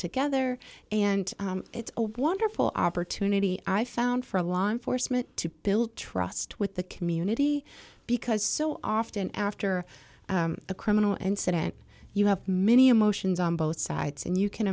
together and it's a wonderful opportunity i found for law enforcement to be trust with the community because so often after the criminal and senate you have many emotions on both sides and you can